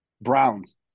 Browns